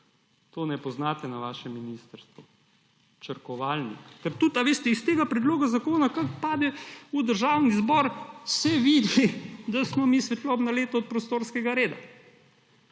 ne poznate na vašem ministrstvu? Črkovalnik. Ker tudi, veste, iz tega predloga zakona, ki kar pade v Državni zbor, se vidi, da smo mi svetlobna leta od prostorskega reda.